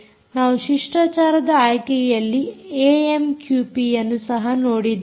ನಾವು ಶಿಷ್ಟಾಚಾರದ ಆಯ್ಕೆಯಲ್ಲಿ ಏಎಮ್ಕ್ಯೂಪಿಯನ್ನು ಸಹ ನೋಡಿದ್ದೇವೆ